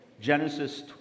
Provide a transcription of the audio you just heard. Genesis